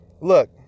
look